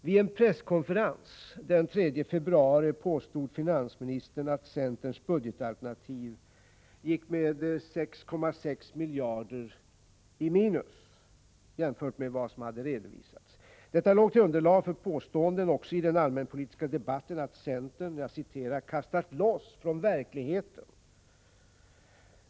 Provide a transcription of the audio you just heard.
Vid en presskonferens den 3 februari påstod finansministern att centerns budgetalternativ gick med 6,6 miljarder i minus jämfört med vad som hade redovisats. Detta låg till underlag för påståenden också i den allmänpolitiska debatten, att centern ”kastat loss från verkligheten”.